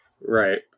Right